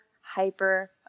hyper